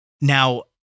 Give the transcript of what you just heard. now